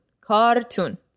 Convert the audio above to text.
Cartoon